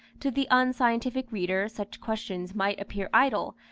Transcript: to the unscientific reader such questions might appear idle,